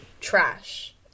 Trash